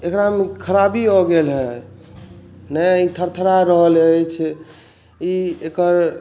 एकरामे खराबी भऽ गेल हँ नहि ई थरथरा रहल अछि ई एकर